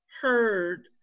heard